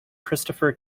christopher